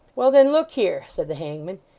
well then, look here said the hangman.